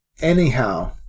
Anyhow